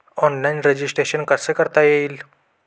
Online registration कसे करता येईल?